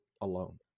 alone